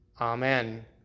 Amen